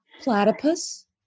Platypus